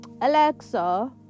alexa